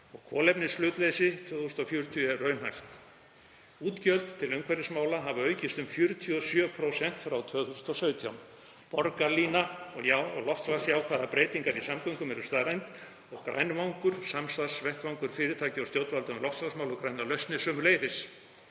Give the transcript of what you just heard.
Kolefnishlutleysi 2040 er raunhæft. Útgjöld til umhverfismála hafa aukist um 47% frá 2017. Borgarlína og loftslagsjákvæðar breytingar í samgöngum eru staðreynd og sömuleiðis grænvangur, samstarfsvettvangur fyrirtækja og stjórnvalda um loftslagsmál og grænar lausnir.